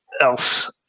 else